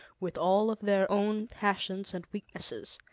with all of their own passions and weaknesses,